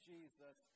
Jesus